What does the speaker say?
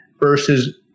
versus